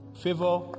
Favor